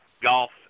golf